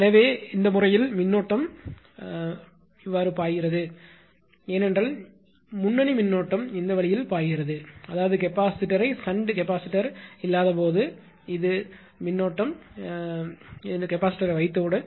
எனவே இந்த வழியில் மின்னோட்டம்கரண்ட் பாய்கிறது ஏனென்றால் முன்னணி மின்னோட்டம்கரண்ட் இந்த வழியில் பாய்கிறது அதாவது கெபாசிட்டரை ஷன்ட் கெபாசிட்டார் இல்லாதபோது இது உங்கள் தற்போதைய மின்னோட்டம்கரண்ட் என்று கெபாசிட்டரை வைத்தவுடன்